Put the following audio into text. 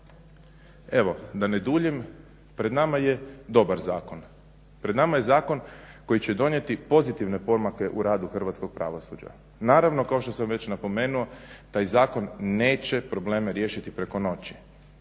Evo da ne duljim, pred nama je dobar zakon, pred nama je zakon koji će donijeti pozitivne pomake u radu hrvatskog pravosuđa. Naravno kao što sam već napomenuo taj zakon neće probleme riješiti preko noći.